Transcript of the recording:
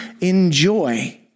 enjoy